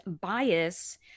bias